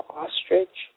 ostrich